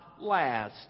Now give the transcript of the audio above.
last